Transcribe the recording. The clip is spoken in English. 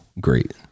great